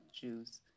juice